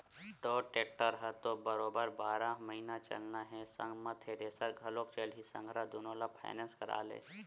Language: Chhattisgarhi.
तोर टेक्टर ह तो बरोबर बारह महिना चलना हे संग म थेरेसर घलोक चलही संघरा दुनो ल फायनेंस करा ले